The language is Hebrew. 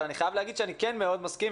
אבל אני חייב להגיד שאני כן מאוד מסכים,